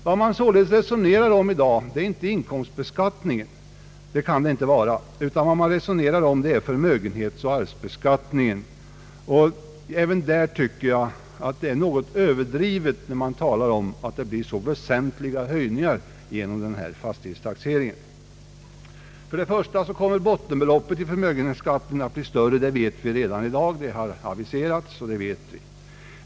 Vad man i dag resonerar om är inte inkomstbeskattningen, utan man resonerar om förmögenhetsoch arvsbeskattningen. Även i det fallet tycker jag det är något överdrivet när man talar om att det blir så väsentliga höjningar genom denna fastighetstaxering. Bottenbeloppet i förmögenhetsskatten kommer att bli större. Det har aviserats, så det vet vi.